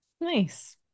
nice